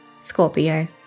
Scorpio